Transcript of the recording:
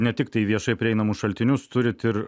ne tiktai viešai prieinamus šaltinius turit ir